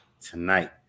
tonight